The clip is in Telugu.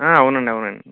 అవునండి అవునండి